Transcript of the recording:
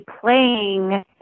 playing